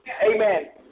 amen